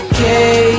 Okay